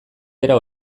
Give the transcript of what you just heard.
bera